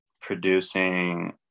producing